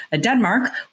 Denmark